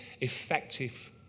effective